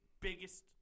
biggest